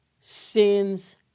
sins